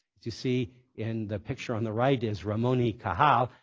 you see in the picture on the right is ramon y cajal,